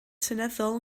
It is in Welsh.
seneddol